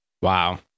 Wow